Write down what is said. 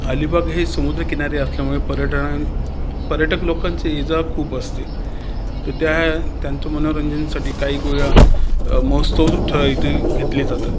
अलीबाग हे समुद्रकिनारी असल्यामुळे पर्यटनान पर्यटक लोकांची ये जा खूप असते तर त्या त्यांचं मनोरंजनासाठी काही गोया महोत्सव ठराविक ते घेतले जातात